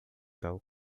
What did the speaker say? tal